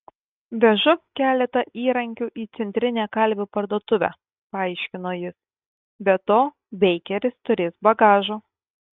vežu keletą įrankių į centrinę kalvių parduotuvę paaiškino jis be to beikeris turės bagažo